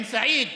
עם סעיד,